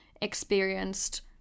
experienced